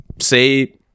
say